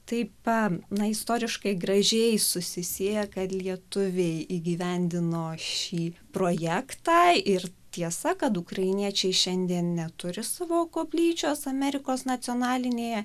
taip na istoriškai gražiai susisieja kad lietuviai įgyvendino šį projektą ir tiesa kad ukrainiečiai šiandien neturi savo koplyčios amerikos nacionalinėje